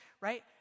right